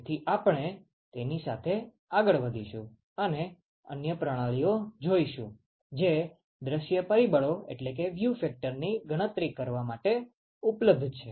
તેથી આપણે તેની સાથે આગળ વધીશું અને અન્ય પ્રણાલીઓ જોઈશું જે દૃશ્ય પરિબળો ની ગણતરી કરવા માટે ઉપલબ્ધ છે